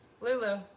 Lulu